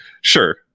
sure